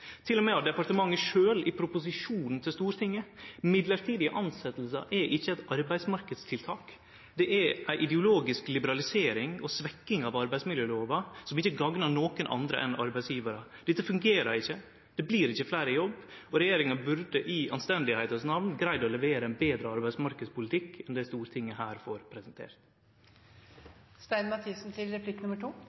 med av departementet sjølv i proposisjonen til Stortinget. Mellombelse tilsetjingar er ikkje eit arbeidsmarknadstiltak; det er ei ideologisk liberalisering og ei svekking av arbeidsmiljølova som ikkje gagnar nokon andre enn arbeidsgjevarar. Dette fungere ikkje, det blir ikkje fleire i jobb. Regjeringa burde i anstendigheitas namn ha greidd å levere ein betre arbeidsmarknadspolitikk enn det Stortinget her får